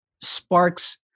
sparks